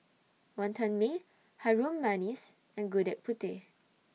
Wonton Mee Harum Manis and Gudeg Putih